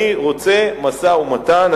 אני רוצה משא-ומתן,